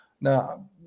Now